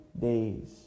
days